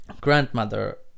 grandmother